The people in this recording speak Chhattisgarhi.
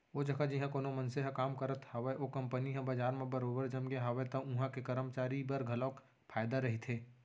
ओ जघा जिहाँ कोनो मनसे ह काम करत हावय ओ कंपनी ह बजार म बरोबर जमगे हावय त उहां के करमचारी बर घलोक फायदा रहिथे